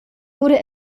wurde